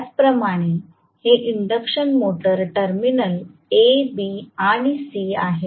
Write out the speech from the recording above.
त्याचप्रमाणे हे induction motor terminal a b आणि c आहेत